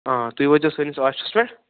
آ تُہۍ وٲتۍ زیٚو سٲنِس آفسَس پٮ۪ٹھ